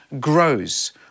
grows